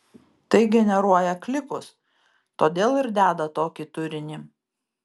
tai generuoja klikus todėl ir deda tokį turinį